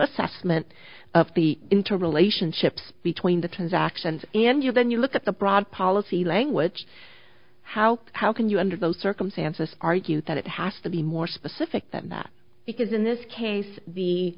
assessment of the into relationships between the transactions and you then you look at the broad policy language how how can you under those circumstances argue that it has to be more specific than that because in this case the